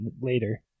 later